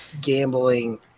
gambling